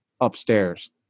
upstairs